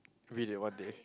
we did what day